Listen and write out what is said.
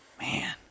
man